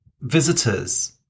visitors